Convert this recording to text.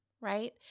right